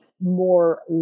more